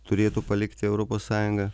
turėtų palikti europos sąjungą